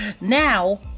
Now